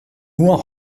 nur